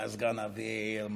מיזוג אוויר,